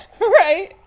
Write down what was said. Right